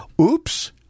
Oops